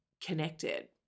connected